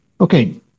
Okay